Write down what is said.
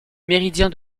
méridien